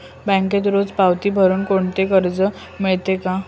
बँकेत रोज पावती भरुन कोणते कर्ज मिळते का?